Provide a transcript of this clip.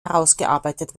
herausgearbeitet